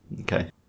Okay